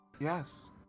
yes